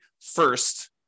first